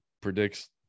predicts